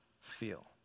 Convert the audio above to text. feel